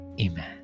Amen